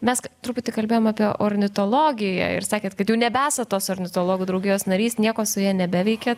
mes truputį kalbėjom apie ornitologiją ir sakėt kad jau nebesat tos ornitologų draugijos narys nieko su ja nebeveikiat